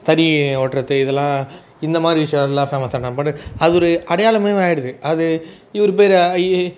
தறி ஓட்டுறது இதுலாம் இந்த மாதிரி விஷயம் எல்லாம் ஃபேமஸானப்பாடு அது ஒரு அடையாளமாகவே ஆகிடுது அது இவர் பேர் ஆகி